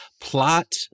plot